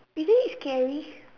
is it scary